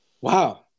wow